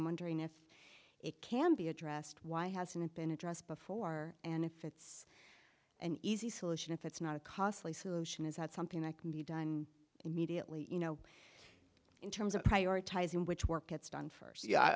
i'm wondering if it can be addressed why hasn't it been addressed before and if it's an easy solution if it's not a costly solution is that something that can be done immediately you know in terms of prioritizing which work gets done first yeah